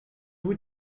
vous